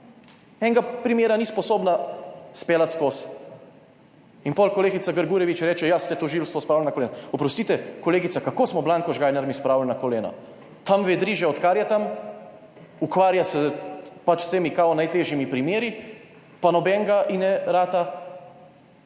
Enega primera ni sposobna speljati skozi in potem kolegica Grgurevič reče, ja, ste tožilstvo spravili na kolena. Oprostite kolegica, kako smo Blanko Žgajnar mi spravili na kolena? Tam vedri že odkar je tam. Ukvarja se pač s temi kao najtežjimi primeri, pa nobenega ji ne rata